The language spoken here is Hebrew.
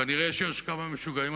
כנראה יש כמה משוגעים,